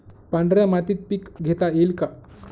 पांढऱ्या मातीत पीक घेता येईल का?